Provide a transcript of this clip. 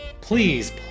please